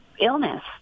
illness